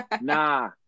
Nah